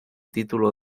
título